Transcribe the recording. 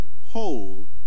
whole